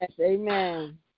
Amen